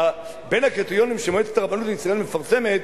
בין הקריטריונים שמועצת הרבנות לישראל מפרסמת